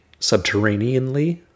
subterraneanly